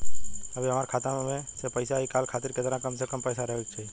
अभीहमरा खाता मे से पैसा इ कॉल खातिर केतना कम से कम पैसा रहे के चाही?